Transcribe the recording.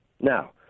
Now